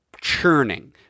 churning